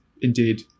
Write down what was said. indeed